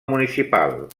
municipal